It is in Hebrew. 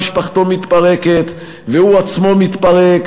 משפחתו מתפרקת והוא עצמו מתפרק,